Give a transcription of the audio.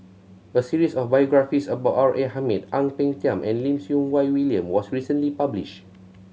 a series of biographies about R A Hamid Ang Peng Tiam and Lim Siew Wai William was recently published